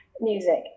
music